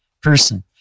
person